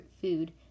food